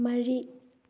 ꯃꯔꯤ